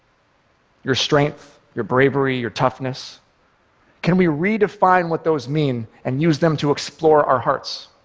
your strength, your bravery, your toughness can we redefine what those mean and use them to explore our hearts?